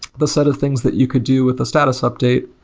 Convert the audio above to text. the set of things that you could do with the status update,